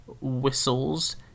whistles